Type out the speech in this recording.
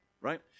right